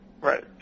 Right